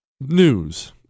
news